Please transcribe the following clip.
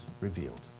revealed